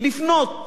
לפנות